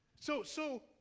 so so,